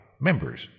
members